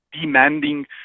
demanding